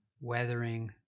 weathering